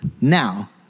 now